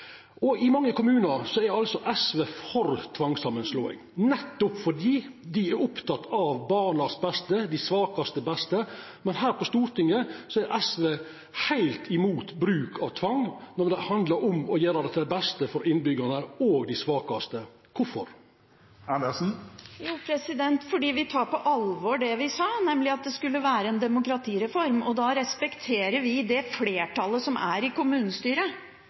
oss. I mange kommunar er altså SV for tvangssamanslåing, nettopp fordi dei er opptekne av barnas beste, dei svakaste sitt beste. Men her på Stortinget er SV heilt imot bruk av tvang når det handlar om å gjera det beste for innbyggjarane og dei svakaste. Kvifor? Fordi vi tar på alvor det vi sa, nemlig at det skulle være en demokratireform, og da respekterer vi det flertallet som er i kommunestyret,